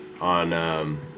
on